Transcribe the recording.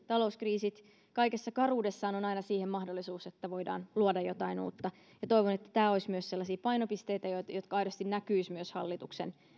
talouskriisit kaikessa karuudessaan ovat aina mahdollisuus siihen että voidaan luoda jotain uutta ja toivon että tämä olisi myös sellaisia painopisteitä jotka aidosti näkyisivät myös hallituksen